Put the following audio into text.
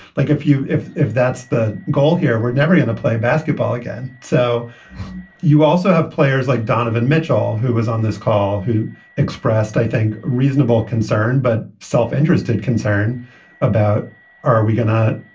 like, if you if if that's the goal here, we're never going to play basketball again. so you also have players like donovan mitchell, who is on this call, who expressed, i think, reasonable concern but self-interested concern about are we going to,